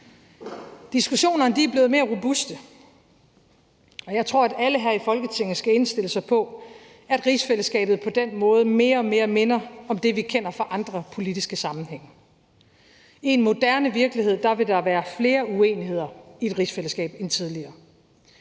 Diskussionerne er blevet mere robuste, og jeg tror, at alle her Folketinget skal indstille sig på, at rigsfællesskabet på den måde mere og mere minder om det, vi kender fra andre politiske sammenhænge. I en moderne virkelighed vil der være flere uenigheder i et rigsfællesskab end tidligere.